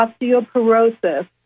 osteoporosis